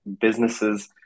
businesses